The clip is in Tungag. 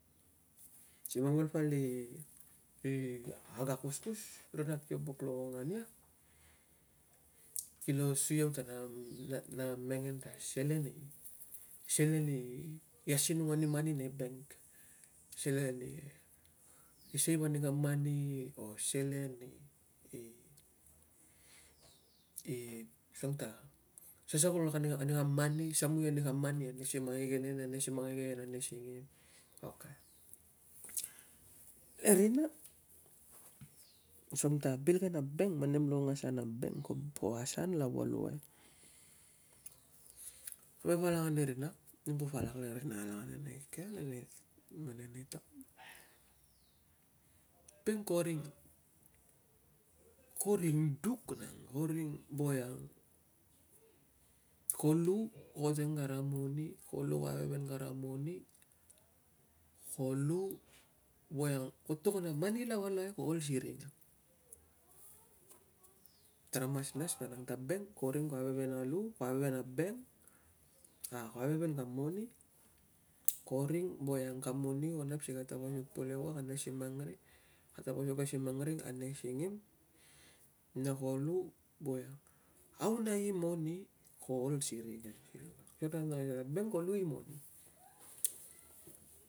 Si mang palpal i, i ag, a kuskus ri nat kio buk longlong ania, kilo sui au tanam, nam na mengen ta selen i, selen i asinung ani mani nai bank. Selen i save ani kam mani o selen i, i, i suang ta, sasa kul ani, ani kam mani, samui ani i kame mani anei simang ingeneri, ane simang igenen ane singim. Ok, e rina, suang ta bil ke na bank, mana nem longong na asan ke na bank, ko, ko asan laval luai. Nem po palak le rina nem, po palak le rina alak are ke, are nem are nai taun. Bank koring, ko ring duk nang, no ring voiang, ko lu, ko teng kara moni, iko lu ko aiveven kara moni, ko ring voiang, ko lu ko teng kara moni, ko lu ko aiveven kara moni, ko lu voiang ko aiveven kara mani, ko lu viang ko to ngon a mani lava luai ko ol siring ang. Tara mas nas vanang ta bank ko aveven kam moni, ko ring veang kam moni ko nap si ka tapasik palek wa are simang ring, ka tapasik simang ring ane singim na ko lu veanag, tauia i moni ko ol siring ang. Ko lui imoni.